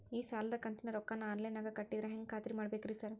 ಈ ಸಾಲದ ಕಂತಿನ ರೊಕ್ಕನಾ ಆನ್ಲೈನ್ ನಾಗ ಕಟ್ಟಿದ್ರ ಹೆಂಗ್ ಖಾತ್ರಿ ಮಾಡ್ಬೇಕ್ರಿ ಸಾರ್?